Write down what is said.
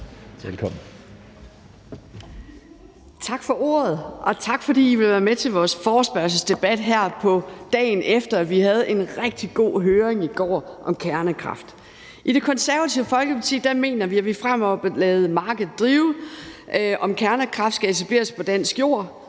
Tak for ordet. Og tak, fordi I vil være med til vores forespørgselsdebat, her dagen efter vi havde en rigtig god høring om kernekraft. I Det Konservative Folkeparti mener vi, at vi fremover skal lade markedet afgøre, om kernekraft skal etableres på dansk jord,